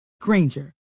Granger